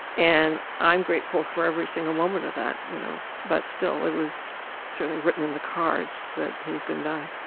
and i'm grateful for every single moment of that. you know but still it was certainly written in the cards the he was going to die.